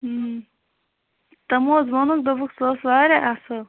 تِمُو حظ ووٚنُکھ دوٚپُکھ سُہ اوس واریاہ اصٕل